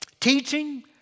teaching